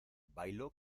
bailo